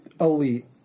elite